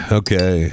okay